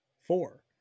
four